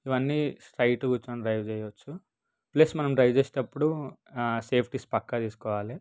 ఇవన్నీ స్ట్రయిట్గా కుర్చొని డ్రైవ్ చేసుకోవచ్చు ప్లస్ మనం డ్రైవ్ చేసేటప్పుడు సేఫ్టీస్ పక్కా తీసుకోవాలి